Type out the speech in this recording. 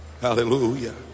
Hallelujah